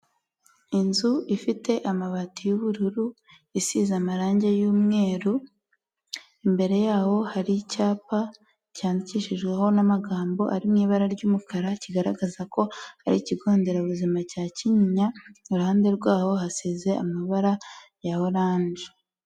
Inzu ifite amabati y'ubururu isize amarange y'umweru, imbere yaho hari icyapa cyandikishijweho n'amagambo ari mu ibara ry'umukara kigaragaza ko ari ikigo nderabuzima cya Kinyinya, iruhande rwaho hasize amabara ya oranje.